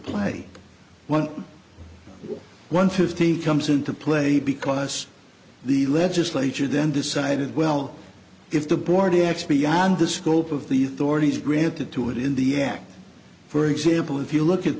play one one fifteen comes into play because the legislature then decided well if the board x p and the scope of the authorities granted to it in the act for example if you look at